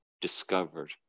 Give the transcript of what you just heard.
discovered